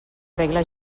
regla